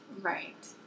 Right